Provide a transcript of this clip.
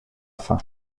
faim